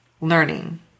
learning